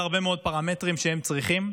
בהרבה מאוד פרמטרים שהם צריכים.